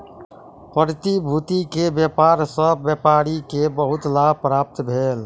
प्रतिभूति के व्यापार सॅ व्यापारी के बहुत लाभ प्राप्त भेल